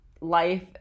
life